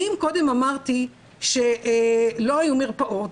אם קודם אמרתי שלא היו מרפאות,